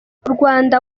rwanda